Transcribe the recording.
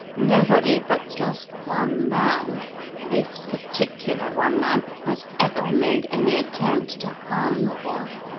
nobody but just one man this particular one man has ever made any attempt to harm the boy.